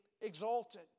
exalted